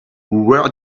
where